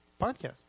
podcast